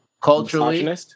culturally